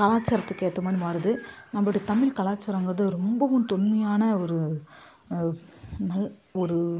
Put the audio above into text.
கலாச்சாரத்துக்கு ஏற்ற மாதிரி மாறுது நம்மளோட தமிழ் கலாச்சாரம்ங்கிறது ரொம்பவும் தொன்மையான ஒரு ந ஒரு